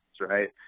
right